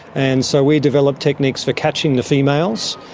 and so we developed techniques for catching the females,